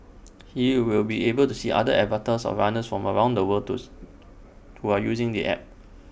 he will be able to see other avatars of runners from around the world those who are using the app